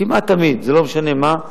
כמעט תמיד, לא משנה מה,